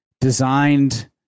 designed